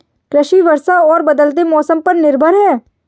कृषि वर्षा और बदलते मौसम पर निर्भर है